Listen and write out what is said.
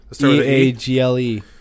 E-A-G-L-E